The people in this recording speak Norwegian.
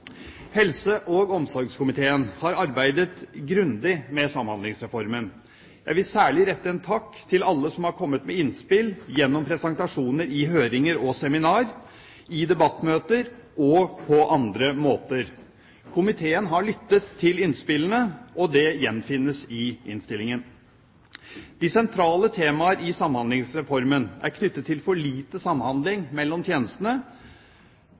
Helse- og omsorgskomiteen har arbeidet grundig med Samhandlingsreformen. Jeg vil særlig rette en takk til alle som har kommet med innspill gjennom presentasjoner i høringer og seminarer, i debattmøter og på andre måter. Komiteen har lyttet til innspillene, og det gjenfinnes i innstillingen. De sentrale temaer i Samhandlingsreformen er knyttet til for lite samhandling mellom tjenestene,